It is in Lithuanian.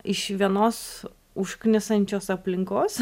iš vienos užknisančios aplinkos